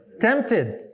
tempted